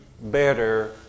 better